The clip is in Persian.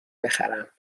بخرم